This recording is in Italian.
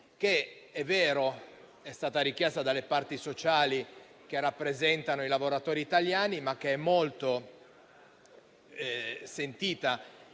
che è stata richiesta dalle parti sociali che rappresentano i lavoratori italiani, ma che è molto sentita